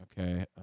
okay